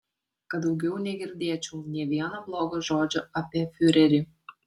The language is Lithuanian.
kad daugiau negirdėčiau nė vieno blogo žodžio apie fiurerį